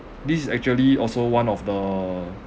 this is actually also one of the